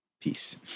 peace